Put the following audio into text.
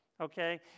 Okay